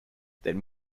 then